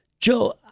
Joe